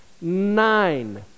nine